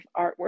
artwork